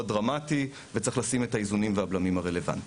דרמטי וצריך לשים את האיזונים והבלמים הרלוונטיים.